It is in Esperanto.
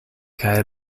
kaj